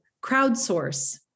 crowdsource